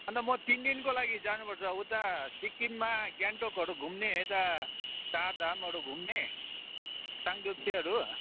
अन्त म तिन दिनको लागि जानु पर्छ उता सिक्किममा गान्तोकहरू घुम्ने यता चार धामहरू घुम्ने साङडुप्छेहरू